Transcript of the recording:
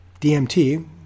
DMT